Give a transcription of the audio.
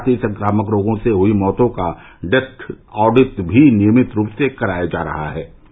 इसके साथ ही संक्रामक रोगों से हुई मौतो का डेथ आडिट भी नियमित रूप से कराया जा रहा है